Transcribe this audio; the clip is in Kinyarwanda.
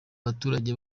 abaturage